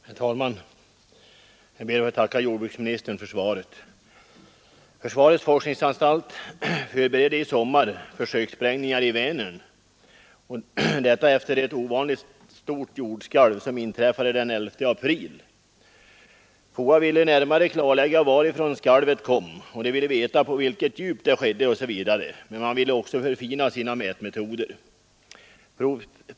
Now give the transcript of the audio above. Herr talman! Jag ber att få tacka jordbruksministern för svaret på min interpellation. Försvarets forskningsanstalt förberedde i somras försökssprängningar i Vänern efter ett ovanligt stort jordskalv som inträffade den 11 april. FOA ville närmare klarlägga varifrån skalvet kom, på vilket djup det skedde osv., men ville också förfina sina mätmetoder.